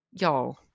y'all